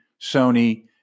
Sony